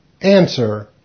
Answer